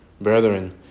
Brethren